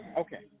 okay